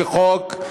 כְחוק,